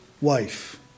wife